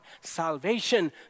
salvation